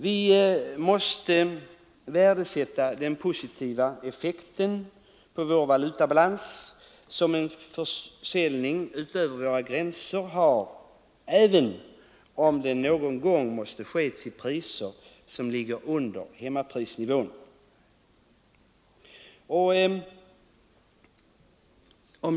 Vi måste värdesätta den positiva effekt på vår valutabalans som en försäljning över våra gränser har — även om den någon gång måste ske till priser som ligger under hemmaprisnivån.